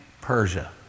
Persia